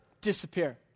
disappear